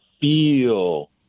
feel